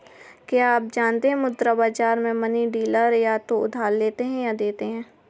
क्या आप जानते है मुद्रा बाज़ार में मनी डीलर या तो उधार लेते या देते है?